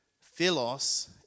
Philos